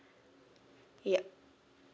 yup